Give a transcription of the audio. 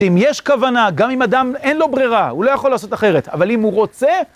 אם יש כוונה, גם אם אדם, אין לו ברירה, הוא לא יכול לעשות אחרת. אבל אם הוא רוצה...